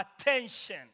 attention